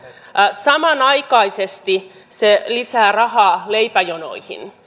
samanaikaisesti se lisää rahaa leipäjonoihin